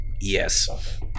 Yes